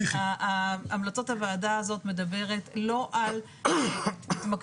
המלצות הוועדה הזאת מדברת לא על התמקדות